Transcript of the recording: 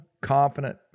confident